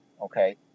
okay